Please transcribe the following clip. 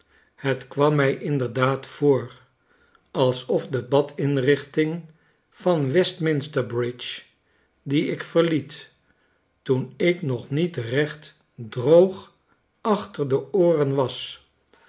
het kwam mij inderdaad voor alsof de badinrichting van westminster bridge die ik verliet toen ik nog nietrecht droog achter de ooren was